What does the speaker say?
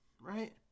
Right